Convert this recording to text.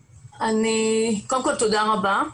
קודם כל, תודה רבה.